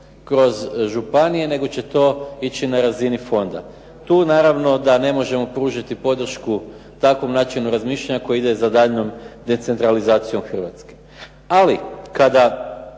kroz županije, nego će to ići na razini fonda. Tu naravno da ne možemo pružiti podršku takvom načinu razmišljanja koji ide za daljnjom decentralizacijom Hrvatske. Ali kada